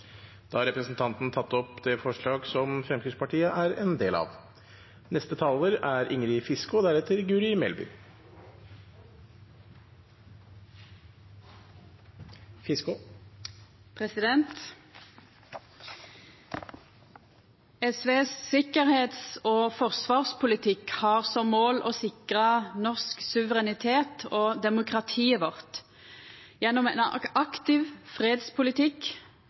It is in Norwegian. opp det forslaget Fremskrittspartiet er en del av. Representanten Christian Tybring-Gjedde har tatt opp det forslaget han refererte til. SVs sikkerheits- og forsvarspolitikk har som mål å sikra norsk suverenitet og demokratiet vårt gjennom ein aktiv fredspolitikk,